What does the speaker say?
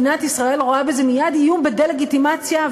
מייד איום בדה-לגיטימציה,